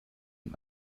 und